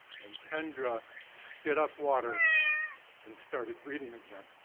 and kendra spit up water and started breathing again.